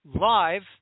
live